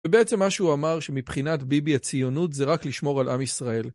ובעצם מה שהוא אמר שמבחינת ביבי הציונות זה רק לשמור על עם ישראל.